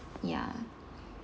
ya